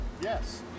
Yes